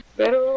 pero